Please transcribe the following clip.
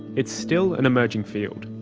it's still an emerging field.